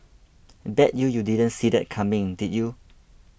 bet you you didn't see that coming did you